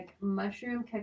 Mushroom